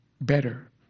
better